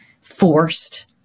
forced